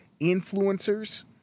influencers